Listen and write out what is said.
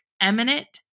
eminent